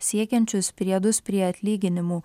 siekiančius priedus prie atlyginimų